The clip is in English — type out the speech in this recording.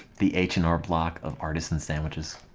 the h and r block of artisan sandwiches